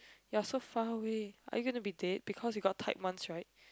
you are so far way are you gonna be dead because you got tied once right